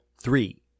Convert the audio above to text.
Three